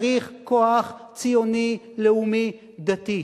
צריך כוח ציוני לאומי דתי,